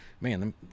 man